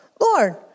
Lord